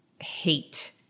hate